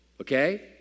okay